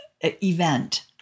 event